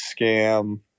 scam